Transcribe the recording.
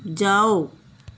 जाओ